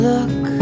Look